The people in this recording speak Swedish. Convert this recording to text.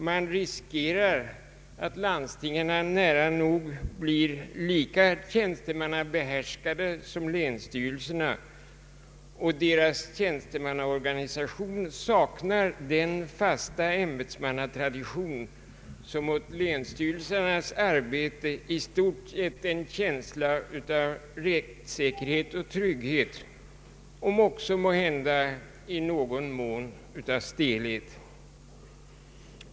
Man riskerar att landstingen blir nära nog lika tjänstemannabehärskade som länsstyrelserna, och deras tjänstemannaorganisation saknar den fasta ämbetsmannatradition som åt länsstyrelsernas arbete i stort givit en känsla av rättssäkerhet och trygghet, om också i någon mån av stelhet.